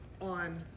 on